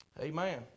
Amen